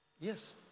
Yes